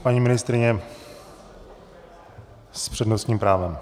Paní ministryně s přednostním právem.